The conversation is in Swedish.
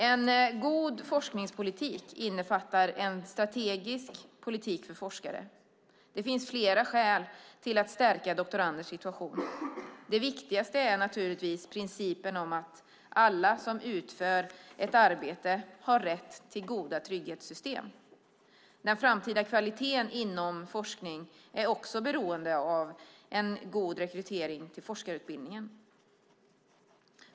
En god forskningspolitik innefattar en strategisk politik för forskare. Det finns flera skäl till att stärka doktorandernas situation. Det viktigaste är naturligtvis principen om att alla som utför ett arbete har rätt till goda trygghetssystem. Den framtida kvaliteten inom forskningen är också beroende av god rekrytering till forskarutbildningen.